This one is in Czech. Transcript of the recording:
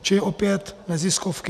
Čili opět neziskovky.